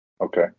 Okay